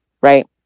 right